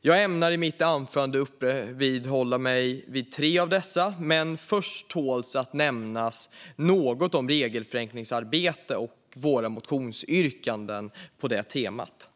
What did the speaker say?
Jag ämnar i mitt anförande uppehålla mig vid tre av dessa, men först tål det att nämnas något om regelförenklingsarbete och våra motionsyrkanden på det temat.